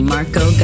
Marco